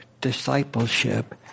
discipleship